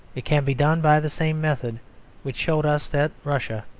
it can be done by the same method which showed us that russia,